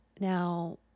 Now